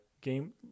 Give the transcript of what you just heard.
game